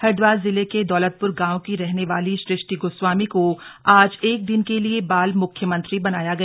हरिद्वार जिले के दौलतपुर गांव की रहने वाली सुष्टि गोस्वामी को आज एक दिन के लिए बाल मुख्यमंत्री बनाया गया